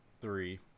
three